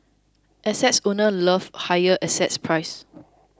assets owners love higher assets prices